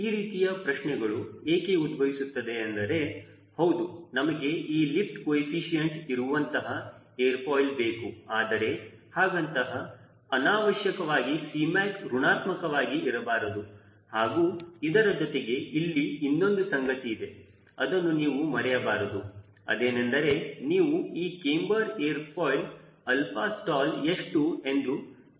ಈ ರೀತಿಯ ಪ್ರಶ್ನೆಗಳು ಏಕೆ ಉದ್ಭವಿಸುತ್ತದೆ ಎಂದರೆ ಹೌದು ನಮಗೆ ಈ ಲಿಫ್ಟ್ ಕೋಎಫಿಷಿಯೆಂಟ್ ಇರುವಂತಹ ಏರ್ ಫಾಯಿಲ್ ಬೇಕು ಆದರೆ ಹಾಗಂತ ಅನಾವಶ್ಯಕವಾಗಿ Cmac ಋಣಾತ್ಮಕವಾಗಿ ಇರಬಾರದು ಹಾಗೂ ಇದರ ಜೊತೆಗೆ ಅಲ್ಲಿ ಇನ್ನೊಂದು ಸಂಗತಿ ಇದೆ ಅದನ್ನು ನೀವು ಮರೆಯಬಾರದು ಅದೇನೆಂದರೆ ನೀವು ಈ camber air foil alpha stall ಎಷ್ಟು ಎಂದು ತಿಳಿದಿರಬೇಕು